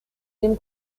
dem